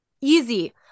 Easy